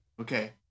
Okay